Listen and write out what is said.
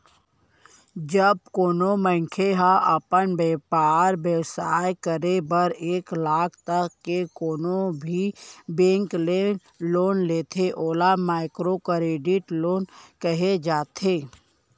जब कोनो मनखे ह अपन बेपार बेवसाय करे बर एक लाख तक के कोनो भी बेंक ले लोन लेथे ओला माइक्रो करेडिट लोन कहे जाथे